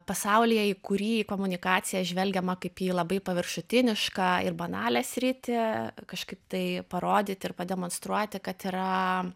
pasaulyje į kurį į komunikaciją žvelgiama kaip į labai paviršutinišką ir banalią sritį kažkaip tai parodyt ir pademonstruoti kad yra